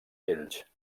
ells